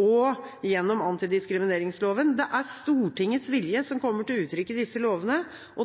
og gjennom antidiskrimineringsloven. Det er Stortingets vilje som kommer til uttrykk i disse lovene.